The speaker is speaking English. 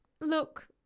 look